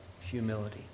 humility